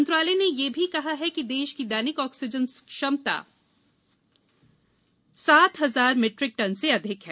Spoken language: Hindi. मंत्रालय ने यह भी कहा है कि देश की दैनिक ऑक्सीजन उत्पादन क्षमता सात हजार मीट्रिक टन से अधिक है